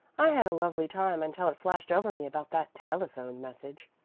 i had a lovely time until it flashed over me about that telephone message.